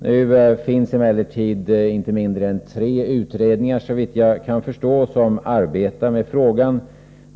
Nu finns emellertid, såvitt jag kan förstå, inte mindre än tre utredningar som arbetar med frågan.